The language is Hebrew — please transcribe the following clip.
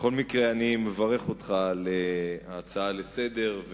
בכל מקרה, אני מברך אותך על ההצעה לסדר-היום.